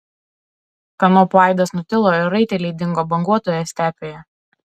kanopų aidas nutilo ir raiteliai dingo banguotoje stepėje